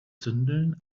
zündeln